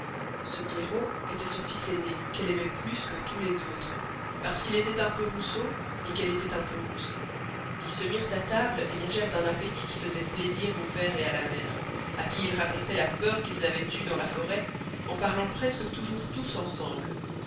ce pierrot estoit son fils aîné qu'elle aimoit plus que tous les autres parce qu'il estoit un peu rousseau et qu'elle estoit un peu rousse ils se mirent à table et mangerent d'un apetit qui faisoit plaisir au pere et à la mere à qui ils racontoient la peur qu'ils avoient euë dans la forest en parlant presque toûjours tous ensemble